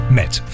met